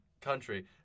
country